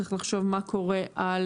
צריך לחשוב מה קורה על